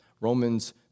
Romans